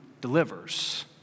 delivers